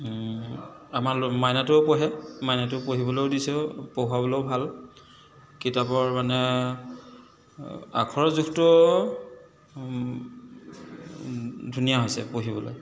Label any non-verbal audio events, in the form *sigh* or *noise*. আমাৰ *unintelligible* মাইনাটোৱেও পঢ়ে মাইনাটোক পঢ়িবলৈও দিছোঁ পঢ়ুৱাবলৈও ভাল কিতাপৰ মানে আখৰৰ জোখটো ধুনীয়া হৈছে পঢ়িবলৈ